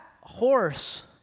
horse